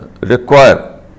require